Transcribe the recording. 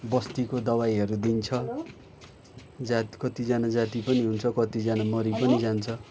बस्तीको दवाईहरू दिन्छ जाती कतिजाना जाति पनि हुन्छ कतिजाना मरि पनि जान्छ